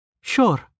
Sure